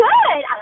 Good